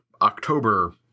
October